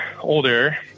older